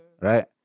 Right